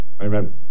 Amen